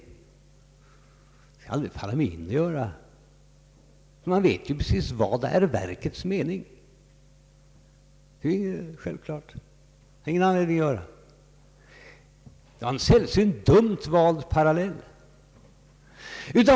Det skulle aldrig falla mig in att göra det. Man vet ändå vad som är verkets mening. Det är ju självklart att jag inte har någon anledning att ringa upp i sådana fall. Det var en sällsynt dumt vald parallell.